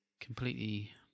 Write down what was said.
completely